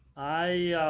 i